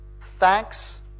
thanks